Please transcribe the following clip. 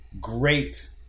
great